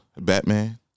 Batman